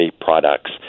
products